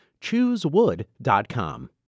Choosewood.com